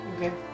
Okay